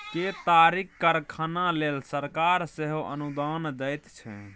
केतारीक कारखाना लेल सरकार सेहो अनुदान दैत छै